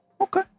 Okay